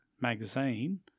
magazine